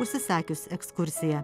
užsisakius ekskursiją